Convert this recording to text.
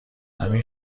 همین